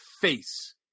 face